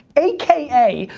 aka,